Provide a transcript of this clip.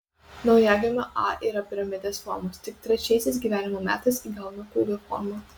naujagimio a yra piramidės formos tik trečiaisiais gyvenimo metais įgauna kūgio formą